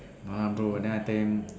no lah bro then I tell him